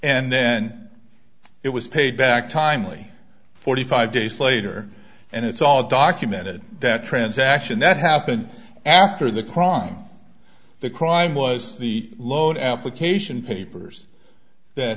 and then it was paid back timely forty five days later and it's all documented that transaction that happened after the kong the crime was the loan application papers that